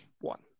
one